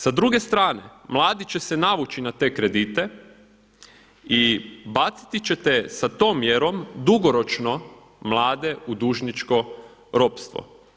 Sa druge strane, mladi će se navući na te kredite i baciti ćete sa tom mjerom dugoročno mlade u dužničko ropstvo.